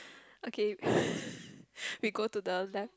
okay we go to the left